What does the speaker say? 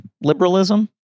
liberalism